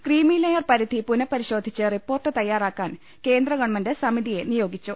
creamy layer പരിധി പുനപരിശോധിച്ച് report തയ്യാറാക്കാൻ കേന്ദ്ര ഗവൺമെന്റ് സമിതിയെ നിയോഗിച്ചു